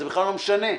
זה בכלל לא משנה.